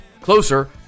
closer